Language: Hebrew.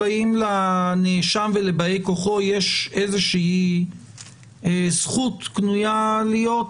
האם לנאשם ולבאי כוחו יש איזושהי זכות קנויה להיות